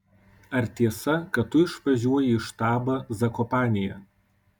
ar tiesa kad tu išvažiuoji į štabą zakopanėje